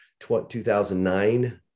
2009